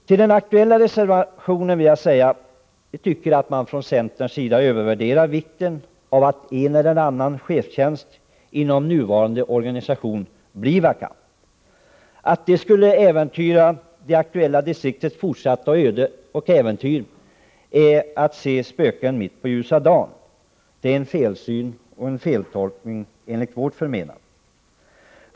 Till den aktuella reservationen vill jag säga: Vi tycker att man från centerns sida övervärderar vikten av att en eller annan chefstjänst inom nuvarande organisation blir vakant. Att tro att det skulle äventyra det aktuella distriktets fortsatta öden och äventyr är att se spöken mitt på ljusa dagen. Det är en felsyn och en feltolkning, enligt vårt förmenande.